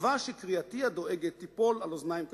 בתקווה שקריאתי הדואגת תיפול על אוזניים קשובות.